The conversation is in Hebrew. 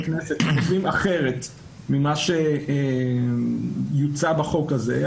כנסת שחושבים אחרת ממה שיוצע בחוק הזה,